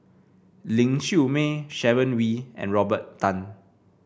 Ling Siew May Sharon Wee and Robert Tan